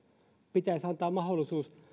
pitäisi antaa mahdollisuus